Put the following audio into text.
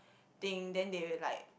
thing then they like